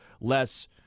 less